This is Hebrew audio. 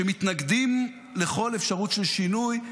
שמתנגדים לכל אפשרות של שינוי,